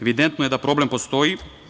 Evidentno je da problem postoji.